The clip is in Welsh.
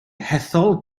hethol